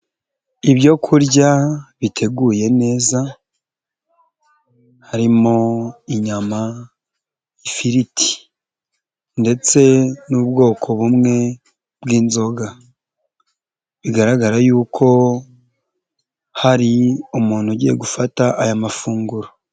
Ibyo kurya biteguye neza, harimo inyama, ifiriti ndetse n'ubwoko bumwe bw'inzoga, bigaragara yuko hari umuntu ugiye gufata aya mafunguro.